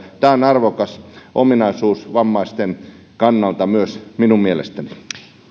tämä on arvokas ominaisuus vammaisten kannalta myös minun mielestäni